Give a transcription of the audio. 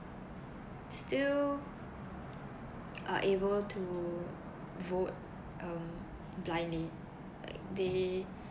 still are able to vote um blindly like they